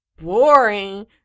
boring